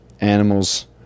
animals